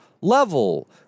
level